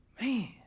man